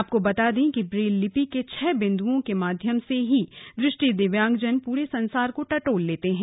आपको बता दें कि ब्रेल लिपि के छह बिन्दुओं के माध्यम से ही दृष्टि दिव्यांगजन पूरे संसार को टटोल लेते हैं